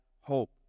hope